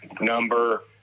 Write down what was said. number